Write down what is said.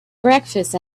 breakfast